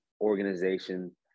organization